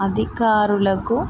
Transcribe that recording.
అధికారులకు